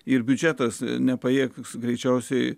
ir biudžetas nepajėgs greičiausiai